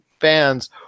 fans